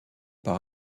par